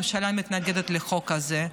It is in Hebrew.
הממשלה מתנגדת לחוק הזה.